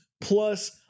plus